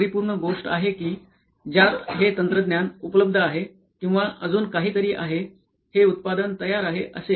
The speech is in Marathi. हि एक परिपूर्ण गोष्ट आहे कि ज्यात हे तंत्रज्ञान उपलब्ध आहे किंवा अजून कहीतरी आहे हे उत्पादन तयार आहे असे आपण म्हणू शकतो का